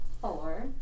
Four